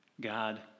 God